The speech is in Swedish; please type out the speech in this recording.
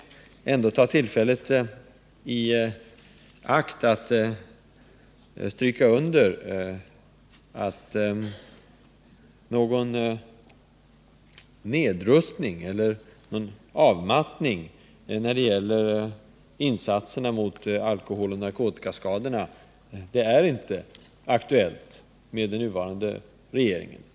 Jag vill ta tillfället i akt att stryka under att någon nedrustning eller någon avmattning när det gäller insatserna mot alkoholoch narkotikaskadorna inte är aktuell med den nuvarande regeringen.